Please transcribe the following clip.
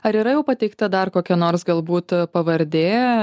ar yra jau pateikta dar kokia nors galbūt pavardė